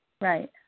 Right